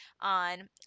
on